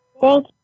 Thank